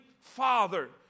father